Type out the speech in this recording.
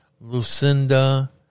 Lucinda